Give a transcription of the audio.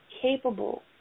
capable